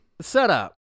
Setup